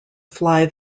fly